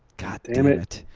god damn it,